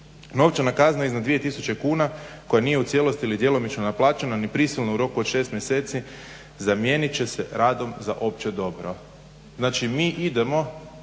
"Novčana kazna iznad 2000 kuna koja nije u cijelosti ili djelomično naplaćena ni prisilno u roku od 6 mjeseci zamijenit će se radom za opće dobro." Znači mi idemo